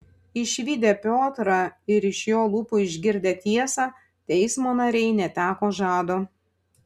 išvydę piotrą ir iš jo lūpų išgirdę tiesą teismo nariai neteko žado